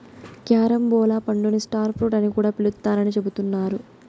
carambola పండుని star fruit అని కూడా పిలుత్తారని చెబుతున్నారు